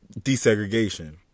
desegregation